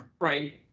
Right